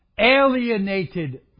alienated